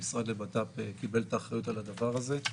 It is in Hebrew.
המשרד לבט"פ קיבל את האחריות לדבר הזה.